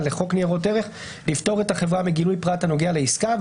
לחוק ניירות ערך לפטור את החברה מגילוי פרט הנוגע לעסקה,